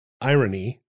irony